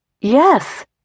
Yes